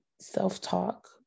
self-talk